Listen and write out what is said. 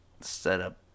setup